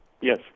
yes